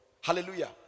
Hallelujah